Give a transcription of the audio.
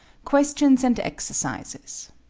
questions and exercises